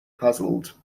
puzzled